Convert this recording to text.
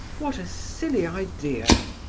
what a silly idea,